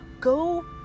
go